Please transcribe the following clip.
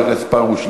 חבר הכנסת פרוש,